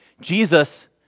Jesus